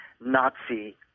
Nazi